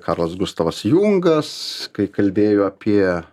karlas gustavas jungas kai kalbėjo apie